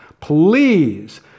please